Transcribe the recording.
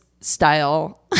style